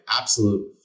absolute